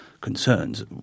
concerns